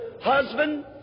husband